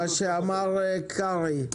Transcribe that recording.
מה שאמר קרעי.